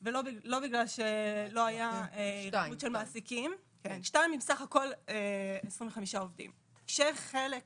עם 25 עובדים בסך הכל, כשחצי